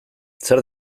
zer